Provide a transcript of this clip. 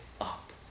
up